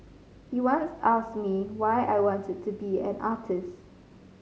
he once asked me why I wanted to be an artist